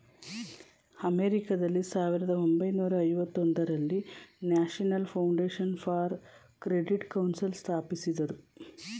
ಅಮೆರಿಕಾದಲ್ಲಿ ಸಾವಿರದ ಒಂಬೈನೂರ ಐವತೊಂದರಲ್ಲಿ national foundation for credit council ಸ್ಥಾಪಿಸಿದರು